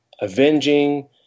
avenging